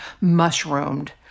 mushroomed